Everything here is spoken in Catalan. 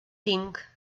tinc